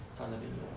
她都没有